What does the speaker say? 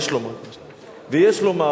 ויש לומר,